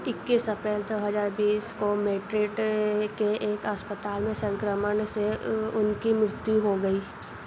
इक्कीस अप्रैल दो हज़ार बीस को मैड्रिड के एक अस्पताल में संक्रमण से उनकी मृत्यु हो गई